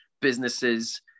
businesses